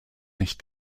nicht